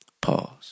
Pause